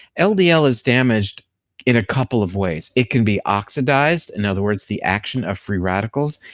um ldl is damaged in a couple of ways. it can be oxidized, in other words the action of free radicals,